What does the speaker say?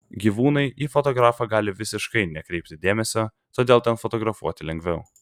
gyvūnai į fotografą gali visiškai nekreipti dėmesio todėl ten fotografuoti lengviau